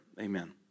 Amen